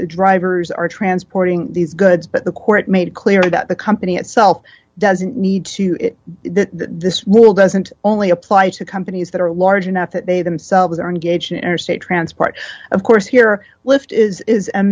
drivers are transporting these goods but the court made it clear that the company itself doesn't need to this rule doesn't only apply to companies that are large enough that they themselves are engaged in interstate transport of course here lift is